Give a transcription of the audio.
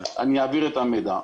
כן, למזכירוּת הוועדה.